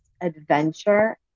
adventure